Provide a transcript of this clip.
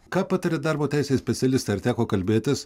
ką pataria darbo teisės specialistai ar teko kalbėtis